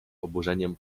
oburzeniem